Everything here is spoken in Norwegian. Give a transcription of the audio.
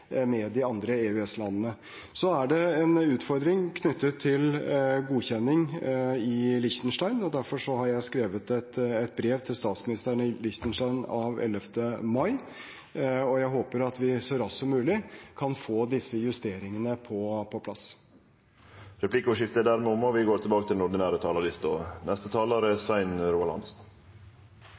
med de andre EØS-landene. Det er en utfordring knyttet til godkjenning i Liechtenstein. Derfor har jeg skrevet et brev av 11. mai til statsministeren i Liechtenstein, og jeg håper vi så raskt som mulig kan få disse justeringene på plass. Replikkordskiftet er dermed omme.